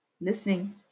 listening